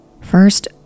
First